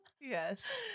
Yes